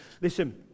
Listen